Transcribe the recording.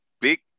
big